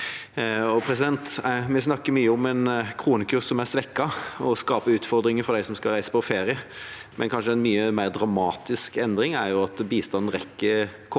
Vi snakker mye om en kronekurs som er svekket og skaper utfordringer for dem som skal reise på ferie. Kanskje en mye mer dramatisk endring er at bistanden rekker kortere,